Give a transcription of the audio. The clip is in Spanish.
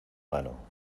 mano